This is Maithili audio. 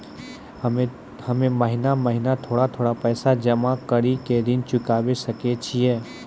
हम्मे महीना महीना थोड़ा थोड़ा पैसा जमा कड़ी के ऋण चुकाबै सकय छियै?